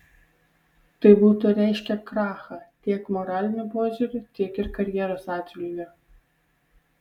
tai būtų reiškę krachą tiek moraliniu požiūriu tiek ir karjeros atžvilgiu